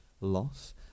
loss